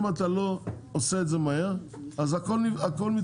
אם אתה לא עושה את זה מהר, אז הכל מתמוטט.